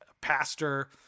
pastor